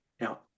Now